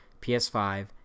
PS5